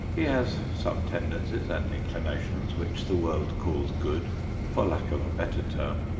he has some tendencies and inclinations which the world calls good for lack of a better term,